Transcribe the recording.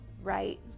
right